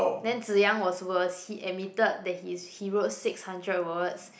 then Zi Yang was worse he admitted that he's he wrote six hundred words